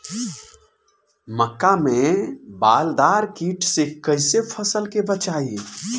मक्का में बालदार कीट से कईसे फसल के बचाई?